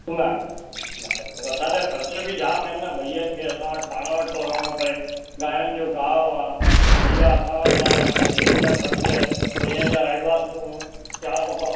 न न न न पर असांजा ख़र्च बि जाम आहिनि न भइयनि खे असां वटि पाण वटि रहणो पए गांयुनि जो गाहु आहे भइया असां वटि था रहनि भइयनि जा ख़र्च भइयनि जा एडवांसू जाम दफ़ा